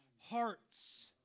hearts